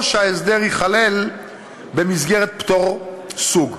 או שההסדר ייכלל במסגרת פטור סוג.